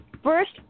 First